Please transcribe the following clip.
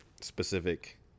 specific